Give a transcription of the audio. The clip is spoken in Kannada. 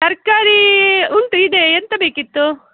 ತರಕಾರಿ ಉಂಟು ಇದೆ ಎಂತ ಬೇಕಿತ್ತು